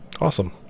Awesome